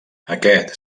aquest